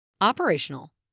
Operational